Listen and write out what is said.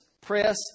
press